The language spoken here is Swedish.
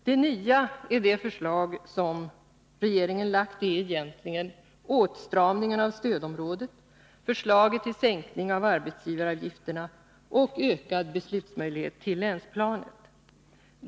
Det nya i det förslag som regeringen har lagt är egentligen åtstramningen av stödområdet, förslaget till sänkning av arbetsgivaravgifterna och ökad beslutsmöjlighet på länsplanet.